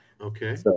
okay